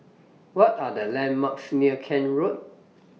What Are The landmarks near Kent Road